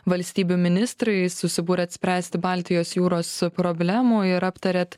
valstybių ministrai susibūrėt spręsti baltijos jūros problemų ir aptarėt